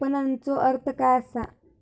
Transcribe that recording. विपणनचो अर्थ काय असा?